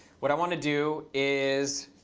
what i want to do is